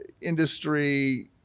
industry